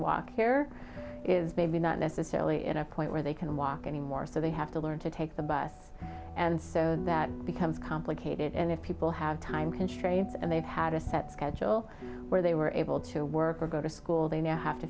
walk is maybe not necessarily at a point where they can walk anymore so they have to learn to take the bus and so that becomes complicated and if people have time constraints and they've had a set schedule where they were able to work or go to school they now have to